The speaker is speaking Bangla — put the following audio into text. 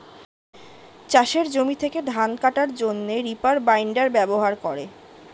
চাষের জমি থেকে ধান কাটার জন্যে রিপার বাইন্ডার ব্যবহার করে